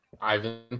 Ivan